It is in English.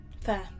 fair